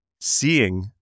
seeing